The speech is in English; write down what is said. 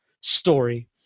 story